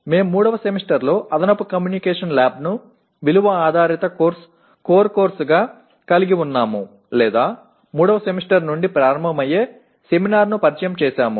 మేము మూడవ సెమిస్టర్లో అదనపు కమ్యూనికేషన్ ల్యాబ్ను విలువ ఆధారిత కోర్ కోర్సుగా కలిగి ఉన్నాము లేదా మూడవ సెమిస్టర్ నుండి ప్రారంభమయ్యే సెమినార్ను పరిచయం చేసాము